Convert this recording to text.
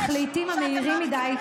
אך לעיתים המהירים מדי,